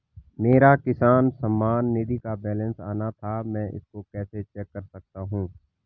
मेरा किसान सम्मान निधि का बैलेंस आना था मैं इसको कैसे चेक कर सकता हूँ?